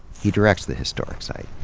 he directs the historic site.